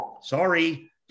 Sorry